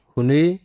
Huni